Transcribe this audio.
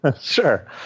Sure